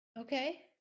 okay